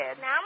Now